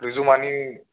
resume आणि